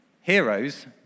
Heroes